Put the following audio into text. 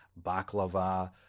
Baklava